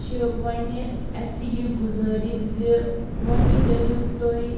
چھِ وَنہِ اَسہِ یہِ گُزٲری زِ وَنہِ کٔرِو تُہۍ